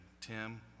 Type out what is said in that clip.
Tim